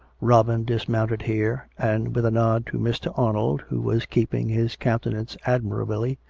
robin dismounted here, and, with a nod to mr. arnold, who was keeping his countenance admirably,